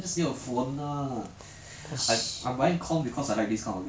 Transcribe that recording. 不用 you just need an I five or late err E_M_D